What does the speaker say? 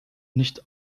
nicht